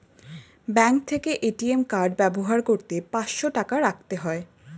bank থেকে ATM card ব্যবহার করতে পাঁচশো টাকা রাখতে হয়